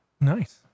Nice